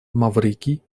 маврикий